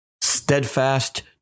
steadfast